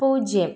പൂജ്യം